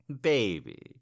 Baby